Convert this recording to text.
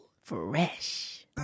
fresh